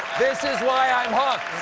this is why i'm hooked.